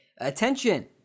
attention